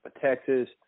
texas